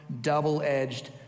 double-edged